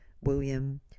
William